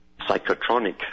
psychotronic